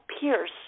pierce